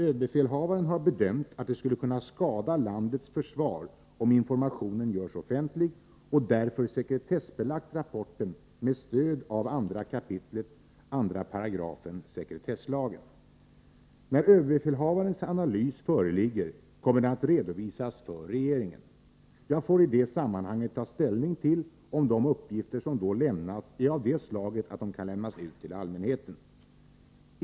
Överbefälhavaren har bedömt att det skulle kunna skada landets försvar om informationen görs offentlig och därför sekretessbelagt rapporten med stöd av 2 kap. 2 § sekretesslagen. När överbefälhavarens analys föreligger kommer den att redovisas för regeringen. Jag får i det sammanhanget ta ställning till om de uppgifter som då lämnas är av det slaget att de kan lämnas ut till allmänheten.